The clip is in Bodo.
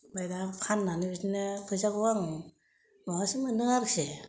ओमफाय दा आं फाननानै बिदिनो फैसाखौ आं माबासो मोनदों आरोसै